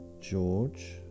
George